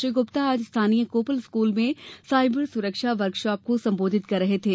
श्री गुप्ता आज स्थानीय कोपल स्कूल में सायबर सुरक्षा वर्कशाप को संबोधित कर रहे थे